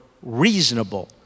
reasonable